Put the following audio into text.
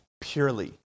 purely